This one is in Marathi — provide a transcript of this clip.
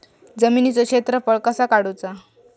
जमिनीचो क्षेत्रफळ कसा काढुचा?